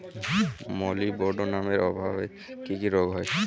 মলিবডোনামের অভাবে কি কি রোগ হয়?